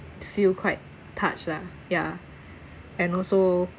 feel quite touched lah ya and also